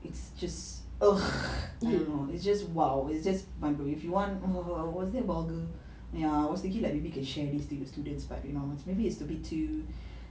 it's just ugh I don't know it's just !wow! it's just mindblown if you want oh was it vulgar ya I was thinking like maybe you can share these things dekat students but you know maybe is to be too